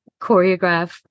choreograph